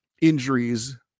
injuries